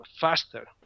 faster